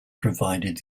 provided